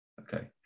okay